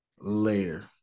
later